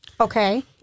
Okay